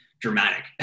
dramatic